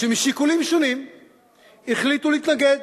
שמשיקולים שונים החליטו להתנגד.